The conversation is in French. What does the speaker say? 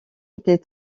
était